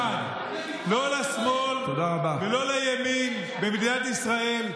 לאף אחד, לא לשמאל ולא לימין במדינת ישראל,